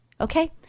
Okay